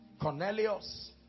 Cornelius